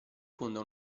fonda